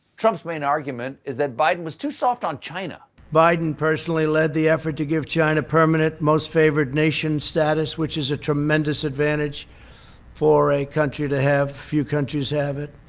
trump's main argument is that biden was too soft on china. biden personally lead the effort to give china permanent most favored nation status which is a tremendous advantage for a country to have, few countries have it.